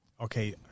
okay